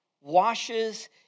washes